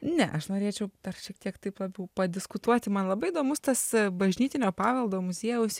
ne aš norėčiau dar šiek tiek taip labiau padiskutuoti man labai įdomus tas bažnytinio paveldo muziejaus